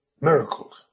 miracles